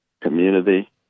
community